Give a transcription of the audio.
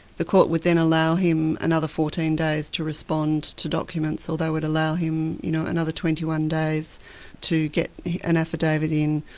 the court would then allow him another fourteen days to respond to documents, or they would allow him you know another twenty one days to get an affidavit in,